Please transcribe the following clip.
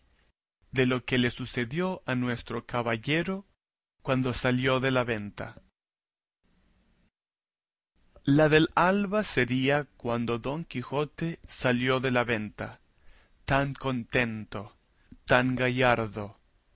de lo que le sucedió a nuestro caballero cuando salió de la venta la del alba sería cuando don quijote salió de la venta tan contento tan gallardo